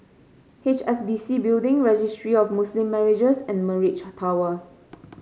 H S B C Building Registry of Muslim Marriages and Mirage Tower